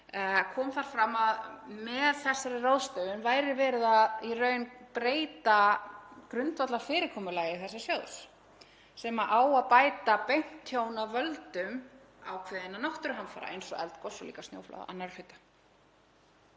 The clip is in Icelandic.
kom þar fram að með þessari ráðstöfun væri í raun verið að breyta grundvallarfyrirkomulagi þessa sjóðs sem á að bæta beint tjón af völdum ákveðinna náttúruhamfara, eins og eldgoss, snjóflóða og annarra hluta.